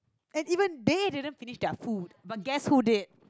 and even they didn't finish their food but guess who did